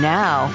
now